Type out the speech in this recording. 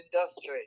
industry